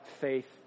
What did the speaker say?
faith